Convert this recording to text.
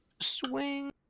Swing